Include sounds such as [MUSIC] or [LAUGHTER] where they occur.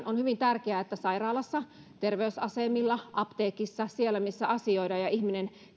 [UNINTELLIGIBLE] on hyvin tärkeää että sairaalassa terveysasemilla apteekissa siellä missä asioidaan ja ihminen